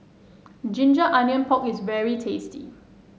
Ginger Onions Pork is very tasty